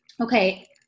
okay